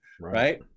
right